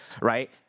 right